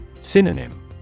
Synonym